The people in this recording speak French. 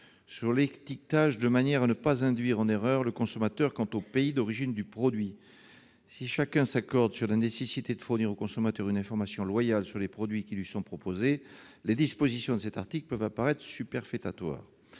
sur l'étiquetage de manière à ne pas induire en erreur le consommateur quant au pays d'origine du produit. Si chacun s'accorde sur la nécessité de fournir au consommateur une information loyale sur les produits qui lui sont proposés, les dispositions de cet article peuvent apparaître superfétatoires.